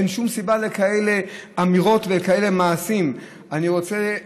אין שום סיבה לאמירות כאלה ולמעשים כאלה.